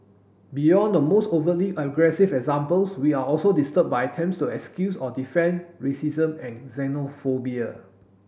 beyond the most overtly aggressive examples we are also disturbed by attempts to excuse or defend racism and xenophobia